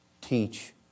Teach